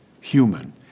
human